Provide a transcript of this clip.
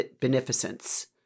beneficence